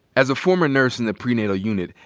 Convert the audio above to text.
as a former nurse in the prenatal unit,